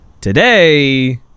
today